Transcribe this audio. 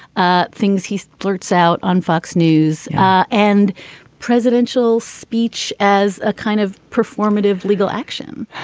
ah things he blurts out on fox news and presidential speech as a kind of performative legal action?